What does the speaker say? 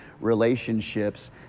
relationships